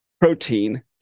protein